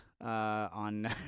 on